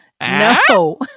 No